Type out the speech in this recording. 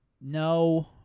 no